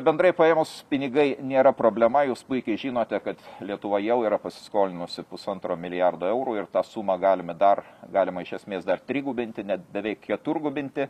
bendrai paėmus pinigai nėra problema jūs puikiai žinote kad lietuva jau yra pasiskolinusi pusantro milijardo eurų ir tą sumą galime dar galima iš esmės dar trigubinti net beveik keturgubinti